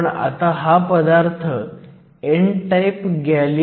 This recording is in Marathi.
तर माझ्याकडे फक्त e ND पूर्ण ते अर्धा आहे